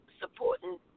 supporting